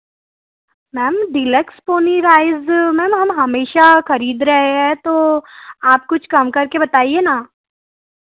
ma'am deluxe Ponni rice ma'am हम हमेशा खरीद रहे है तो आप कुछ कम करके बताइए ना